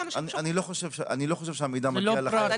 אני לא חושב שהמידע מגיע לחייבים.